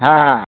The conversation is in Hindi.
हाँ